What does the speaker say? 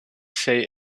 say